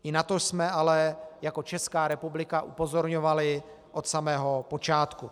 I na to jsme ale jako Česká republika upozorňovali od samého počátku.